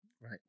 right